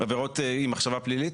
עבירות עם מחשבה פלילית?